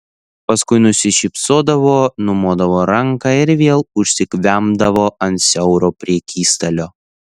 paskui nusišypsodavo numodavo ranka ir vėl užsikvempdavo ant siauro prekystalio